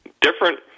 different